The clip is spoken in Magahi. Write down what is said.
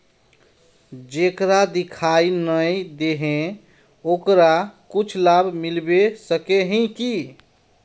जेकरा दिखाय नय दे है ओकरा कुछ लाभ मिलबे सके है की?